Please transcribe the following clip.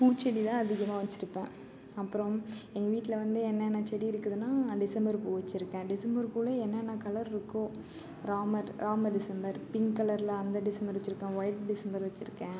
பூச்செடிதான் அதிகமாக வச்சுருப்பேன் அப்பறம் வந் எங்கள் வீட்டில் வந்து என்னென்ன செடி இருக்குதுன்னால் டிசம்பர் பூ வச்சுருக்கேன் டிசம்பர் பூவில் என்னென்ன கலர் இருக்கோ ராமர் ராமர் டிசம்பர் பிங்க் கலரில் அந்த டிசம்பர் வச்சுருக்கேன் ஒயிட் டிசம்பர் வச்சுருக்கேன்